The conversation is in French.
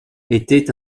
était